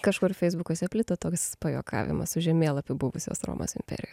kažkur feisbukuose plito toks pajuokavimas su žemėlapiu buvusios romos imperijo